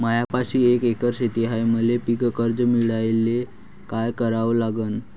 मायापाशी एक एकर शेत हाये, मले पीककर्ज मिळायले काय करावं लागन?